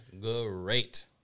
great